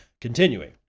Continuing